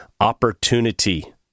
opportunity